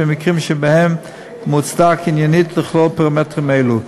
במקרים שבהם מוצדק עניינית לכלול פרמטרים אלו.